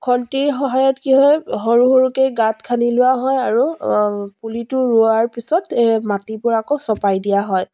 খণ্টিৰ সহায়ত কি হয় সৰু সৰুকৈ গাঁত খানি লোৱা হয় আৰু পুলিটো ৰোৱাৰ পিছত এই মাটিৰ পৰা আকৌ চপাই দিয়া হয়